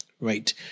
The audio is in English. right